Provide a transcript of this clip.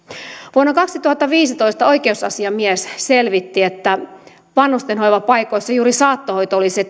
vuonna kaksituhattaviisitoista oikeusasiamies selvitti että vanhusten hoivapaikoissa juuri saattohoito oli se